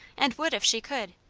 and would if she could.